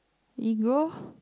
ego